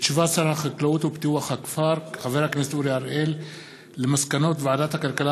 הודעת שר החקלאות ופיתוח הכפר על מסקנות ועדת הכלכלה